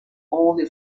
only